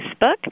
Facebook